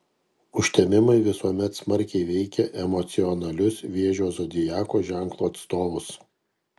užtemimai visuomet smarkiai veikia emocionalius vėžio zodiako ženklo atstovus